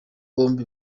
bombi